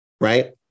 right